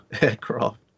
aircraft